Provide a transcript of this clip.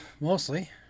Mostly